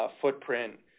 footprint